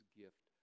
gift